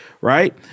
right